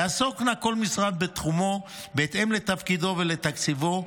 יעסוק נא כל משרד בתחומו בהתאם לתפקידו ולתקציבו,